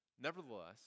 Nevertheless